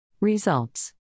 Results